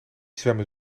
zwemmen